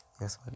Yes